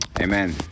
Amen